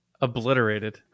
Obliterated